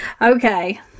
Okay